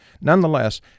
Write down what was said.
Nonetheless